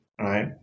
right